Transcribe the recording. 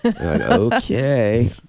okay